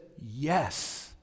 yes